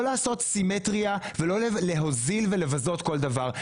לא לעשות סימטריה ולא להוזיל ולבזות כל דבר.